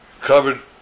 covered